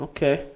Okay